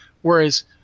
Whereas